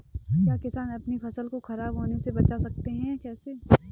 क्या किसान अपनी फसल को खराब होने बचा सकते हैं कैसे?